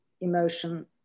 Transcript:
emotion